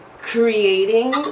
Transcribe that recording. creating